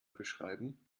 beschreiben